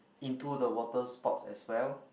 into the water sports as well